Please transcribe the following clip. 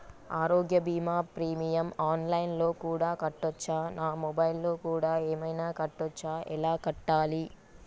ఆరోగ్య బీమా premium online లో కూడా కట్టచ్చా? నా మొబైల్లో కూడా ఏమైనా కట్టొచ్చా? ఎలా కట్టాలి?